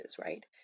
right